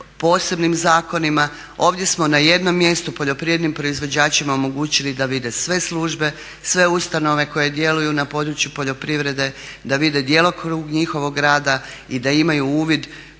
posebnim zakonima. Ovdje smo na jednom mjestu poljoprivrednim proizvođačima omogućili da vide sve službe, sve ustanove koje djeluju na području poljoprivrede, da vide djelokrug njihovog rada i da imaju uvid